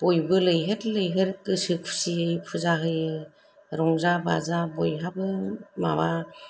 बयबो लैहोर लैहोर गोसो खुसियै फुजा होयो रंजा बाजा बयहाबो माबा